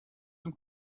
dem